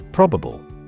Probable